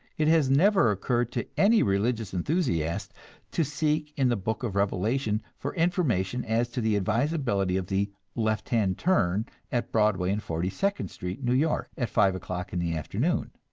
it has never occurred to any religious enthusiast to seek in the book of revelation for information as to the advisability of the left hand turn at broadway and forty-second street, new york, at five o'clock in the afternoon.